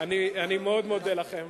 אני מאוד מודה לכם.